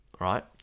right